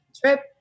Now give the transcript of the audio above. trip